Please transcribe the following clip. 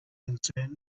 concerned